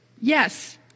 Yes